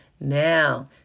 Now